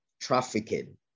trafficking